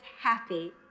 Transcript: happy